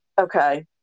okay